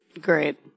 Great